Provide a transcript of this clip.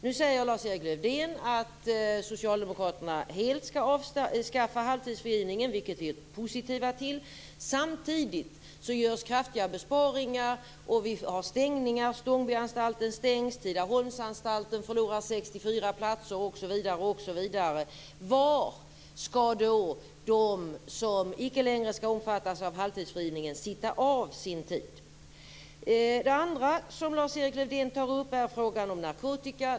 Nu säger Lars-Erik Lövdén att socialdemokraterna helt skall avskaffa halvtidsfrigivningen, vilket vi är positiva till. Samtidigt görs kraftiga besparingar och fängelser stängs. Stångbyanstalten stängs, Tidaholmsanstalten förlorar 64 platser. Var skall då de som icke längre skall omfattas av halvtidsfrigivningen sitta av sin tid? Det andra som Lars-Erik Lövdén tar upp är frågan om narkotika.